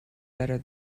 better